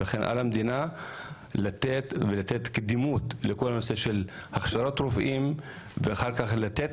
לכן על המדינה לתת קדימות לכל הנושא של הכשרות רופאים ואחר כך לתת